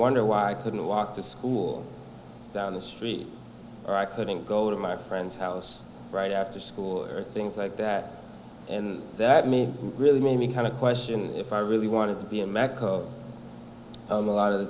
wonder why i couldn't walk to school down the street or i couldn't go to my friend's house right after school or things like that that me really made me kind of question if i really wanted to be a makeover a lot of the